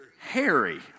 Harry